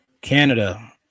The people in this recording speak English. canada